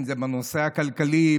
אם זה בנושא הכלכלי,